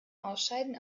ausscheiden